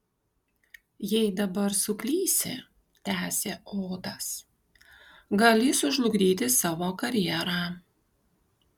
jei dabar suklysi tęsė otas gali sužlugdyti savo karjerą